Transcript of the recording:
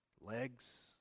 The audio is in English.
legs